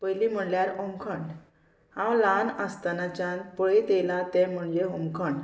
पयलीं म्हणल्यार होमखण हांव ल्हान आसतनाच्यान पळयत येयलां तें म्हणजे होमखण